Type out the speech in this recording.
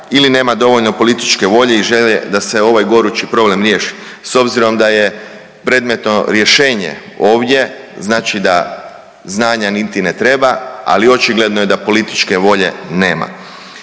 ili nema dovoljno političke volje i želje da se ovaj gorući problem riješi. S obzirom da je predmetno rješenje ovdje znači da znanja niti ne treba, ali očigledno je da političke volje nema.